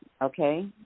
okay